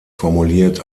formuliert